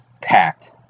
packed